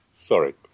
Sorry